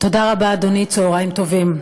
תודה רבה, אדוני, צהריים טובים.